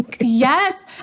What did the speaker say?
Yes